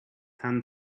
hand